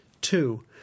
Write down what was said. Two